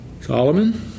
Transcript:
Solomon